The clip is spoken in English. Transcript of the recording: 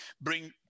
bring